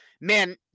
Man